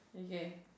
okay